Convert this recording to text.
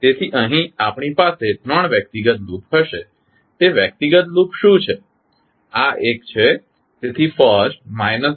તેથી અહીં આપણી પાસે ત્રણ વ્યક્તિગત લૂપ હશે તે વ્યક્તિગત લૂપ્સ શું છે